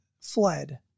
fled